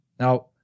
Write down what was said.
Now